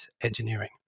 engineering